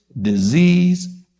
disease